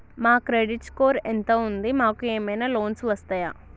మా credit score ఎంత ఉంది? మాకు ఏమైనా లోన్స్ వస్తయా?